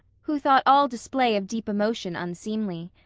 who thought all display of deep emotion unseemly.